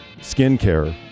skincare